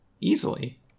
Easily